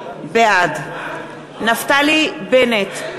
בעד נפתלי בנט,